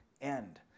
end